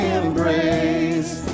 embrace